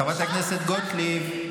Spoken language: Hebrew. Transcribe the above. חברת הכנסת גוטליב.